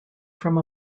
from